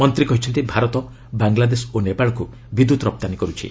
ମନ୍ତ୍ରୀ କହିଛନ୍ତି ଭାରତ ବାଙ୍ଗଲାଦେଶ ଓ ନେପାଳକୁ ବିଦ୍ୟୁତ୍ ରପ୍ତାନୀ କରୁଛି